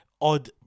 odd